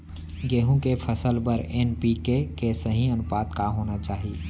गेहूँ के फसल बर एन.पी.के के सही अनुपात का होना चाही?